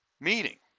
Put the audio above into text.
meeting